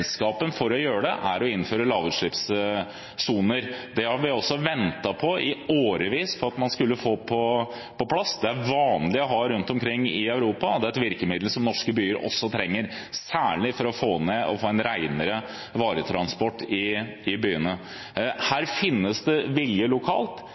for å gjøre det er å innføre lavutslippssoner. Det har vi i årevis ventet på at man skal få på plass. Det er det vanlig å ha rundt omkring i Europa, og det er et virkemiddel som også norske byer trenger, særlig for å få ned og få en renere varetransport i byene.